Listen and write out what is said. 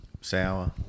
Sour